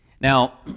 Now